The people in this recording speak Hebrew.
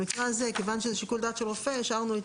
במקרה הזה מכיוון שזה שיקול דעת של רופא השארנו את